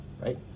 right